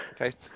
okay